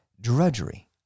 drudgery